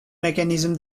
mechanism